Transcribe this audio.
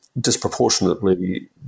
disproportionately